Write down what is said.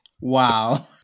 Wow